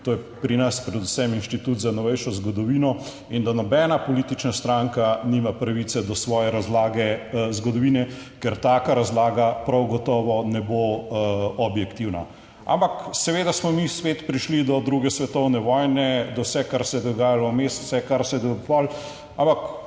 to je pri nas predvsem Inštitut za novejšo zgodovino. In da nobena politična stranka nima pravice do svoje razlage. Zgodovine, ker taka razlaga prav gotovo ne bo objektivna, ampak seveda smo mi spet prišli do druge svetovne vojne, do vse, kar se je dogajalo vmes, vse, kar se je dovolj, ampak